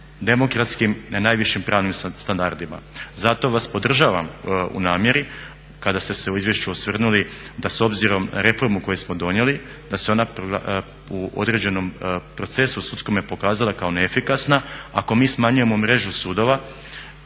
demokratskim na najvišim pravnim standardima. Zato vas podržavam u namjeri kada ste se u izvješću osvrnuli da s obzirom na reformu koju smo donijeli da se ona u određenom procesu sudskome pokazala kao neefikasna, ako mi smanjujemo mrežu sudova,